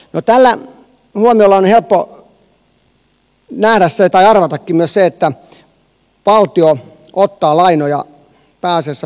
no tällä huomiolla on helppo nähdä se tai arvatakin myös että valtio ottaa lainoja pääasiassa pitkällä korolla